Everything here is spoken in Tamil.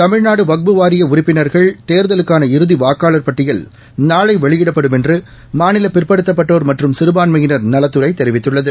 தமிழ்நாடு வஃக்ப் வாரிய உறுப்பினர்கள் தோதலுக்கான இறுதி வாக்காளர் பட்டியல் நாளை வெளியிடப்படும் என்று மாநில பிற்படுத்தப்பட்டோர் மற்றும் சிறுபான்மையினர் நலத்துறை தெரிவித்துள்ளது